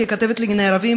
ככתבת לענייני ערבים,